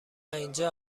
اینجا